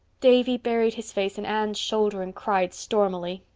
davy buried his face in anne's shoulder and cried stormily.